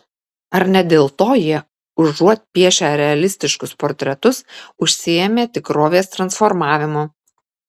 ar ne dėl to jie užuot piešę realistiškus portretus užsiėmė tikrovės transformavimu